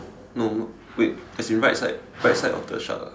no more wait as in right side of the shop ah